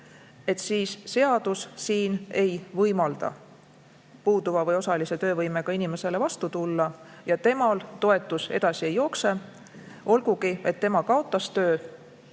siis seadus siin ei võimalda puuduva või osalise töövõimega inimesele vastu tulla ja temal toetus edasi ei jookse, olgugi et ta kaotas töö.